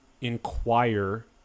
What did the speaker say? inquire